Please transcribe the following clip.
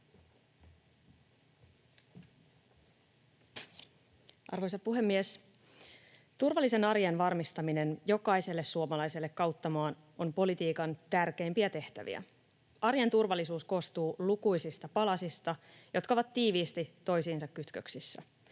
Arvoisa puhemies! Turvallisen arjen varmistaminen jokaiselle suomalaiselle kautta maan on politiikan tärkeimpiä tehtäviä. Arjen turvallisuus koostuu lukuisista palasista, jotka ovat tiiviisti toisiinsa kytköksissä.